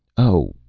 oh,